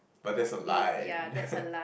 but that's a lie